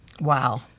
Wow